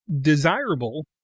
desirable